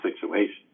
situation